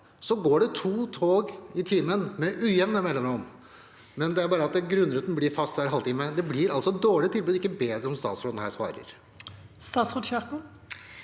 dag går det to tog i timen med ujevne mellomrom. Det er bare at grunnruten blir fast hver halvtime. Det blir altså et dårligere tilbud, ikke bedre, som statsråden her svarer. Statsråd Ingvild